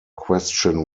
question